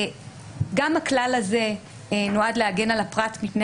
גם הכלל הזה נועד להגן על הפרט מפני